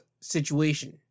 situation